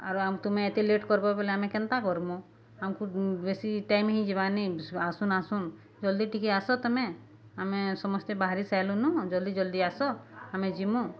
ଆରୁ ଆମ ତୁମେ ଏତେ ଲେଟ୍ କର୍ବ ବେଲେ ଆମେ କେନ୍ତା କର୍ମୁ ଆମ୍କୁ ବେଶୀ ଟାଇମ୍ ହି ଯିବାନି ଆସୁନ୍ ଆସୁନ୍ ଜଲ୍ଦି ଟିକେ ଆସ ତମେ ଆମେ ସମସ୍ତେ ବାହାରି ସାଇଲୁନ ଜଲ୍ଦି ଜଲ୍ଦି ଆସ ଆମେ ଯିମୁ